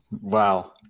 Wow